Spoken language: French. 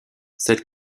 cette